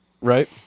Right